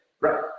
right